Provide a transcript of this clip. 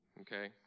Okay